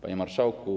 Panie Marszałku!